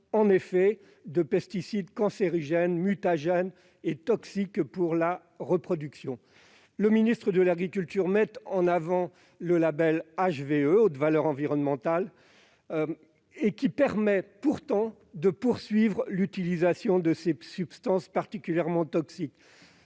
en effet, de pesticides cancérogènes, mutagènes et toxiques pour la reproduction. Le ministre met en avant le label Haute Valeur environnementale (HVE), mais ce dernier permet de poursuivre l'utilisation de ces substances, particulièrement toxiques.